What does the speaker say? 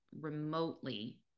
remotely